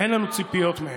אין לנו ציפיות מהם.